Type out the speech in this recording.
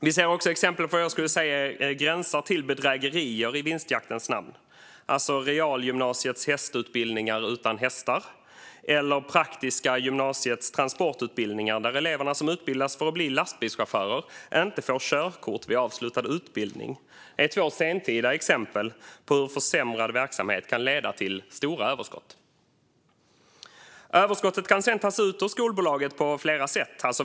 Vi ser också exempel på vad jag skulle säga gränsar till bedrägerier i vinstjaktens namn - Realgymnasiets hästutbildningar utan hästar eller Praktiska Gymnasiets transportutbildningar, där de elever som utbildas för att bli lastbilschaufförer inte får körkort vid avslutad utbildning. Det är två sentida exempel på hur försämrad verksamhet kan leda till stora överskott. Överskottet kan sedan tas ut av skolbolaget på flera sätt.